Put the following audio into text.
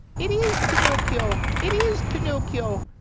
it is pinocchio! it is pinocchio!